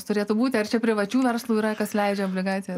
turėtų būti arčiau privačių verslų yra kas leidžia obligacijas